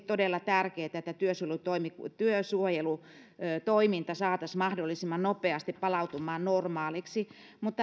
todella tärkeätä että työsuojelutoiminta työsuojelutoiminta saataisiin mahdollisimman nopeasti palautumaan normaaliksi mutta